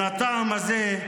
מהטעם הזה,